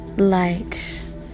Light